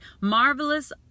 Marvelous